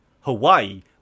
Hawaii